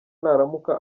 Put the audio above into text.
naramuka